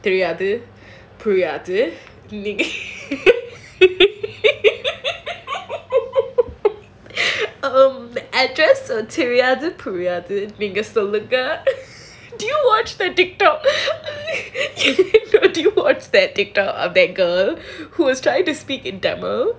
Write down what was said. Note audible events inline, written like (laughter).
தெரியாது:theriyaathu (laughs) um நீ வாடி வீட்டுக்கு வெளிய நாளைக்கு நீ யாருனு தெரியாதுன்னு கதவ சாத்துறேன்:nee vaadi veetuku veliya nzalaiku nee yazrunu theriyaathunu kathava saathuraen (laughs) do you watch the TikTok do you watch that TikTok of that girl that was trying to speak in tamil